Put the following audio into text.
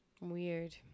Weird